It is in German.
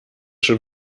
schon